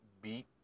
Beat